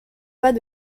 pas